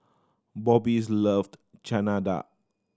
Bobbies loved Chana Dal